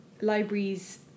libraries